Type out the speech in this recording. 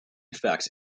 effect